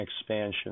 expansion